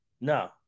No